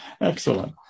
excellent